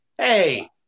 Hey